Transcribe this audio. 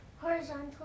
Horizontal